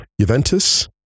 Juventus